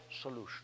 solution